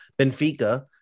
Benfica